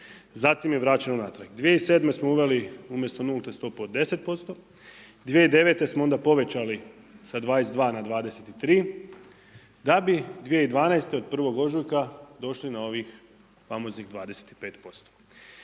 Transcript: Zatim je vraćeno natrag. 2007. smo uveli umjesto nulte stope od 10%, 2009. smo onda povećali sa 22 na 23, da bi 2012. od 1. ožujka došli na ovih famoznih 25%.